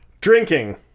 Drinking